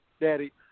Daddy